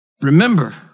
Remember